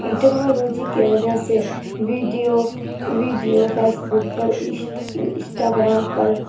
technology کے وجہ سے ویڈیو ویڈیو فیس بک پر اشٹ انشٹاگرام پر